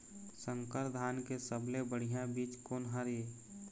संकर धान के सबले बढ़िया बीज कोन हर ये?